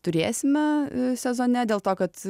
turėsime sezone dėl to kad